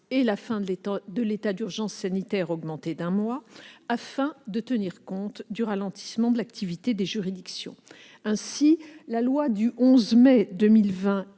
et la fin de l'état d'urgence sanitaire, ce augmenté d'un mois afin de tenir compte du ralentissement de l'activité des juridictions. Ainsi, la loi du 11 mai 2020